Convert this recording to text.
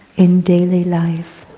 in daily life.